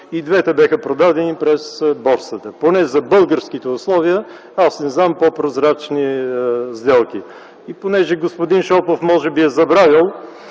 И двете бяха продадени през борсата. Поне за българските условия аз не зная по-прозрачни сделки. И понеже господин Шопов може би е забравил,